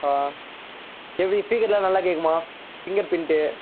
ஆ எப்படி ஸ்பீக்கர்லாம் நல்லா கேட்குமா ஃபிங்கர் பிரிண்ட்டு